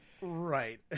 Right